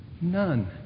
None